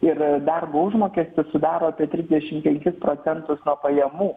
ir darbo užmokestis sudaro apie trisdešimt penkis procentus nuo pajamų